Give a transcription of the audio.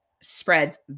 spreads